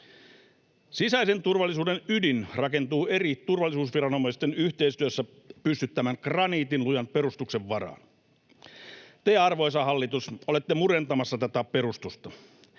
Sisäisen turvallisuuden ydin rakentuu eri turvallisuusviranomaisten yhteistyössä pystyttämän graniitinlujan perustuksen varaan. Te, arvoisa hallitus, olette murentamassa tätä perustusta.